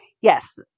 Yes